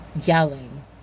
Yelling